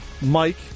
Mike